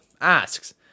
asks